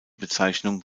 bezeichnung